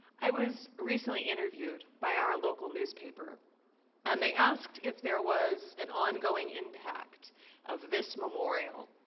i was recently interviewed by our local newspaper and they asked if there was an ongoing impact of this memorial